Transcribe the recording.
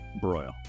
broil